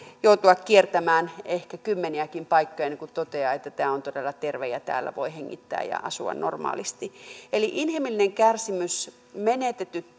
joutua kiertämään ehkä kymmeniäkin paikkoja ennen kuin toteaa että tämä on todella terve ja täällä voi hengittää ja asua normaalisti eli inhimillinen kärsimys menetetyt